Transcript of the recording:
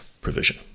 provision